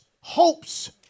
hopes